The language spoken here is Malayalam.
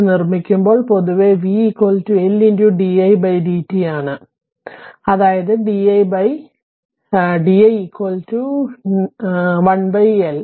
ഇത് നിർമ്മിക്കുമ്പോൾ പൊതുവെ v L di dt ആണ് അതായത് di di 1 L തുടർന്ന് v dt